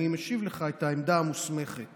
לא מעוניין